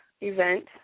event